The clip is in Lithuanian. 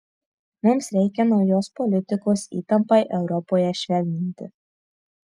mums reikia naujos politikos įtampai europoje švelninti